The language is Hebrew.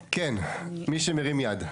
כן, מי שמרים את היד.